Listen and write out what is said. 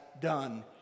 done